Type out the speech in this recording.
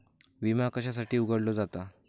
विमा कशासाठी उघडलो जाता?